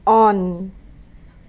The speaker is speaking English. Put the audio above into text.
on